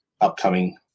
upcoming